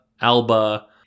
Alba